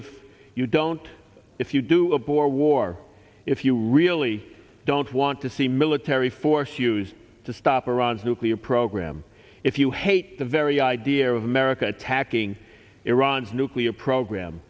if you don't if you do a bore war if you really don't want to see military force used to stop iran's nuclear program if you hate the very idea of america attacking iran's nuclear program